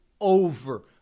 over